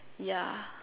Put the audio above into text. yeah